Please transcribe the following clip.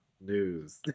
news